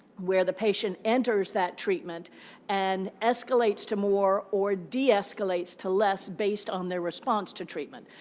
where the patient enters that treatment and escalates to more or de-escalates to less based on their response to treatment.